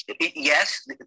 Yes